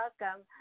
welcome